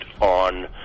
on